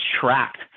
tracked